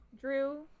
Drew